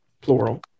plural